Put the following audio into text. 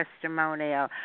testimonial